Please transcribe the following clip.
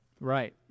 Right